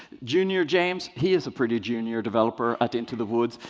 junior james, he is a pretty junior developer at into the woods.